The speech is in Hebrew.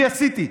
אני עשיתי,